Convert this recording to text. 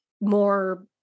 more